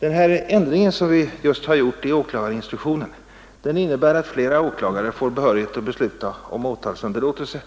Den ändring som vi nyss gjort i åklagarinstruktionen innebär att fler åklagare än för närvarande får behörighet att besluta om åtalsunderlåtelse